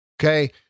Okay